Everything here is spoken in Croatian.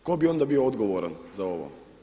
Tko bi onda bio odgovoran za ovo?